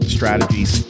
Strategies